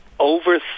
over